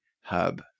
hub